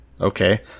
Okay